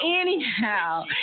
anyhow